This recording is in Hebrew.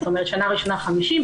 זאת אומרת שנה ראשונה 50,